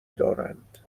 دارند